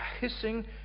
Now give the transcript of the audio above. hissing